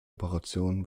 operationen